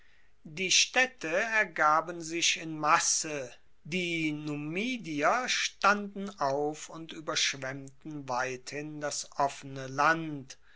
die staedte ergaben sich in masse die numidier standen auf und ueberschwemmten weithin das offene land